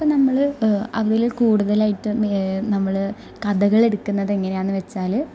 അപ്പോൾ നമ്മള് അതില് കൂടുതലായിട്ടും നമ്മള് കഥകളെടുക്കുന്നത് എങ്ങനെയാന്ന് വെച്ചാല്